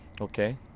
Okay